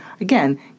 again